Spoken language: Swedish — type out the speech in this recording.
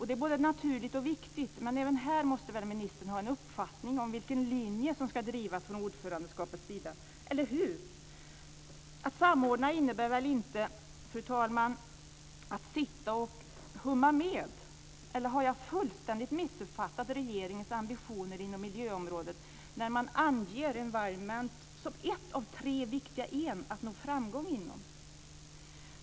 Det är både naturligt och viktigt, men även här måste väl ministern ha en uppfattning om vilken linje som ska drivas från ordförandeskapets sida. Att samordna innebär inte, fru talman, att sitta och humma med, eller har jag fullständigt missuppfattat regeringens ambitioner inom miljöområdet när man anger environment som ett av tre viktiga e:n att nå framgång inom?